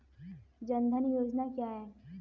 जनधन योजना क्या है?